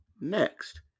next